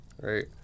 Right